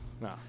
No